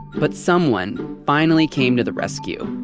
but someone finally came to the rescue.